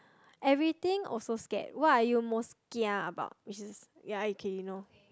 everything also scared what are you most kiah about you should ya okay you know